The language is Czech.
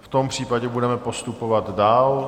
V tom případě budeme postupovat dál.